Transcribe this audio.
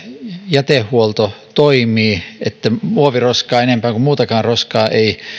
jätehuolto toimii että muoviroskaa enempää kuin muutakaan roskaa ei